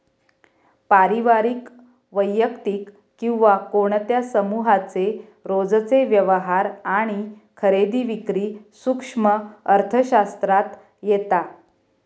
पारिवारिक, वैयक्तिक किंवा कोणत्या समुहाचे रोजचे व्यवहार आणि खरेदी विक्री सूक्ष्म अर्थशास्त्रात येता